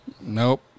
Nope